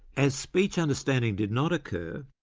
as speech understanding did not occur,